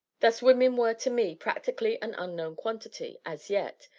thus, women were to me practically an unknown quantity, as yet,